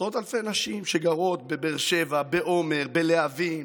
עשרות אלפי נשים שגרות בבאר שבע, בעומר, בלהבים,